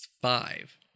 five